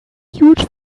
huge